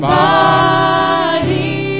body